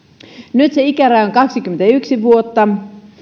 nyt se ikäraja on kaksikymmentäyksi vuotta